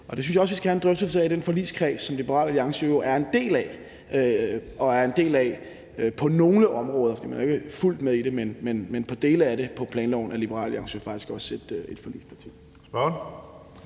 og det synes jeg også vi skal have en drøftelse af i den forligskreds, som Liberal Alliance er en del af – på nogle områder, for man er jo ikke fuldt med i det, men i forhold til dele af det på planlovsområdet er Liberal Alliance jo faktisk et forligsparti.